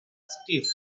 stiff